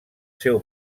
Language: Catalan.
seu